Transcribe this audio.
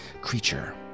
Creature